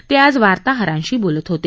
ते आज वार्ताहरांशी बोलत होते